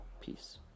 Peace